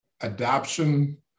adoption